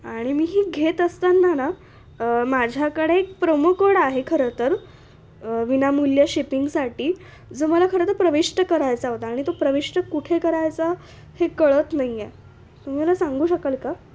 आणि मी ही घेत असताना ना माझ्याकडे एक प्रोमो कोड आहे खरं तर विनामूल्य शिपिंगसाठी जो मला खरं तर प्रविष्ट करायचा होता आणि तो प्रविष्ट कुठे करायचा हे कळत नाही आहे तुम्ही मला सांगू शकाल का